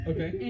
Okay